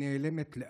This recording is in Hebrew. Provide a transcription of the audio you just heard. נעלמת לאט".